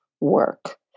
work